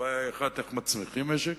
הבעיה הראשונה היא איך מצמיחים משק,